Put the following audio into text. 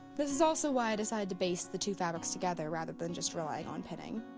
this is also why i decided to baste the two fabrics together rather than just relying on pinning.